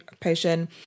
potion